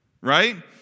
right